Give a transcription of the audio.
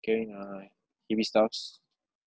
carrying uh heavy stuffs